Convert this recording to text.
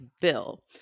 bill